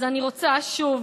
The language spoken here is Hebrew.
אז אני רוצה שוב